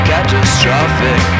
Catastrophic